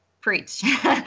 preach